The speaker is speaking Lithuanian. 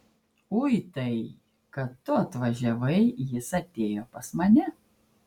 uitai kad tu atvažiavai jis atėjo pas mane